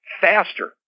faster